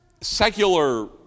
secular